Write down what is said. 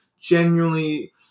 genuinely